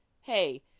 hey